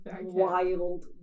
Wild